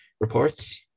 reports